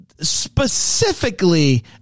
Specifically